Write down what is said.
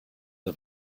the